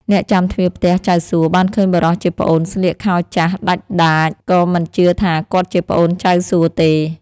អ្នកចាំទ្វារផ្ទះចៅសួបានឃើញបុរសជាប្អូនស្លៀកខោចាស់ដាច់ដាច ក៏មិនជឿថាគាត់ជាប្អូនចៅសួទេ។